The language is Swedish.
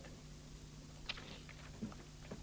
30 november 1982